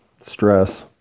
stress